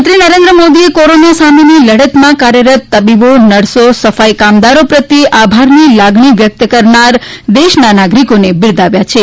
પ્રધાનમંત્રીએ નરેન્દ્ર મોદીએ કોરોના સામેની લડતમાં કાર્યરત તબીબો નર્સો સફાઈ કામદારો પ્રત્યે આભારની લાગણી વ્યક્ત કરનાર દેશના નાગરિકોને બિરદાવ્યા છે